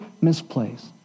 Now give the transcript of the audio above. misplaced